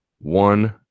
One